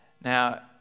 Now